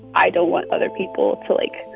i don't want other people to, like,